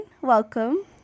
Welcome